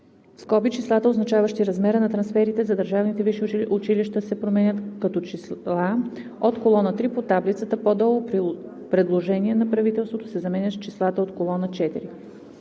(числата, означаващи размера на трансферите за държавните висши училища, се променят като числа от колона 3 по таблицата по-долу, предложения на правителството, се заменят с числата от колона 4).“